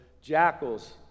jackals